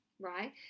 Right